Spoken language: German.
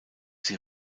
sie